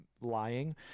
lying